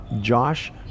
Josh